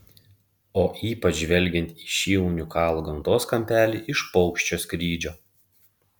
o ypač žvelgiant į šį unikalų gamtos kampelį iš paukščio skrydžio